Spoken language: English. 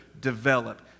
develop